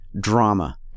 drama